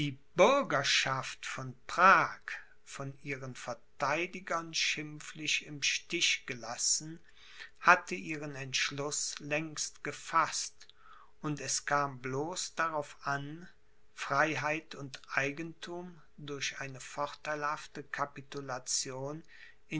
bürgerschaft von prag von ihren verteidigern schimpflich im stich gelassen hatte ihren entschluß längst gefaßt und es kam bloß darauf an freiheit und eigenthum durch eine vorteilhafte capitulation